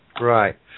Right